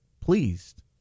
pleased